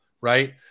right